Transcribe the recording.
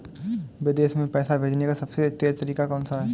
विदेश में पैसा भेजने का सबसे तेज़ तरीका कौनसा है?